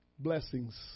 blessings